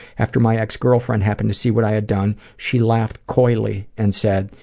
after my ex-girlfriend happened to see what i had done, she laughed coyly and said,